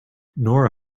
nora